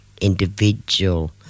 individual